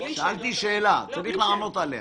שאלתי שאלה, צריך לענות עליה.